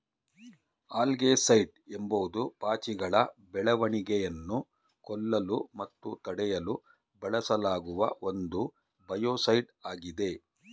algaecide ಎಂಬುದು ಪಾಚಿಗಳ ಬೆಳವಣಿಗೆಯನ್ನು ಕೊಲ್ಲಲು ಮತ್ತು ತಡೆಯಲು ಬಳಸಲಾಗುವ ಒಂದು ಬಯೋಸೈಡ್ ಆಗಿದೆ